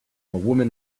woman